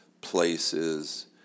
places